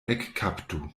ekkaptu